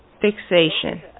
Fixation